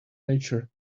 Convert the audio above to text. nature